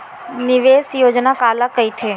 निवेश योजना काला कहिथे?